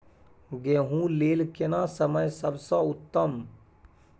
गेहूँ लेल केना समय सबसे उत्तम?